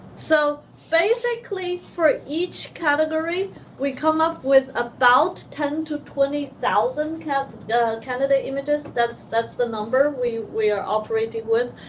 so basically, for each category we come up with about ten thousand to twenty thousand cat candidate images. that's that's the number we we are operating with.